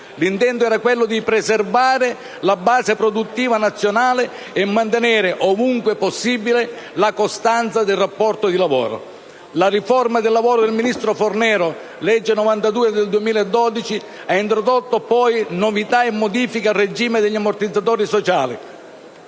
L'intento era quello di preservare la base produttiva nazionale e mantenere, ovunque possibile, la costanza del rapporto di lavoro. La riforma del lavoro del ministro Fornero (legge n. 92 del 2012) ha introdotto poi novità e modifiche al regime degli ammortizzatori sociali: